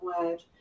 word